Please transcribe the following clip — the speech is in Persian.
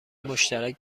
مشترک